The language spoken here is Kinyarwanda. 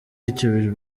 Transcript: icyo